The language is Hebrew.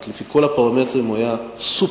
לפי כל הפרמטרים הוא היה סופר-מוצלח,